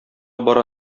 бара